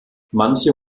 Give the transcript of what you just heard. manche